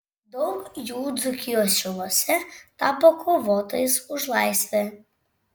daug jų dzūkijos šiluose tapo kovotojais už laisvę